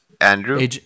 Andrew